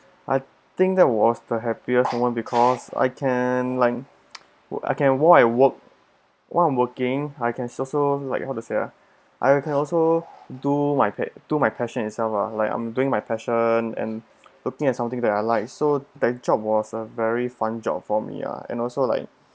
I think that was the happiest moment because I can like I can while at work what I'm working I can also like how to say ah I can also do my pa~ do my passion itself lah like I'm doing my passion and looking at something that I like so that job was a very fun job for me ah and also like